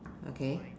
okay